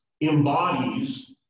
embodies